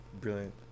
brilliant